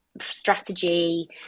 strategy